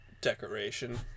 decoration